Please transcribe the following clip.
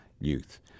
Youth